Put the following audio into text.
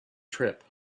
trip